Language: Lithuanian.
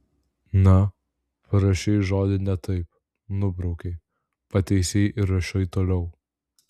na parašei žodį ne taip nubraukei pataisei ir rašai toliau